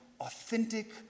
authentic